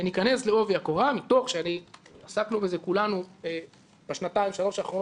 שניכנס לעובי הקורה מתוך שעסקנו בזה כולנו בשנתיים-שלוש האחרונות